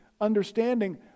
understanding